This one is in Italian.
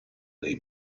nei